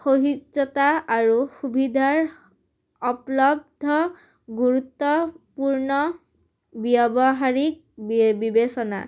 সহয্যতা আৰু সুবিধাৰ উপলব্ধ গুৰুত্বপূৰ্ণ ব্যৱহাৰিক বিয়ে বিবেচনা